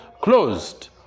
closed